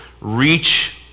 reach